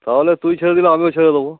তাহলে তুই ছেড়ে দিলে আমিও ছেড়ে দেবো